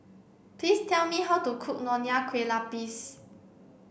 please tell me how to cook Nonya Kueh Lapis